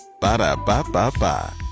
Ba-da-ba-ba-ba